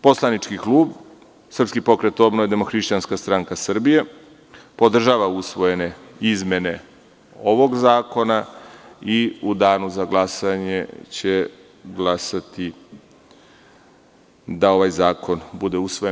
Poslanički klub Srpski pokret obnove – Demohrišćanska stranka Srbije podržava usvojene izmene ovog zakona i u danu za glasanje će glasati da ovaj zakon bude usvojen.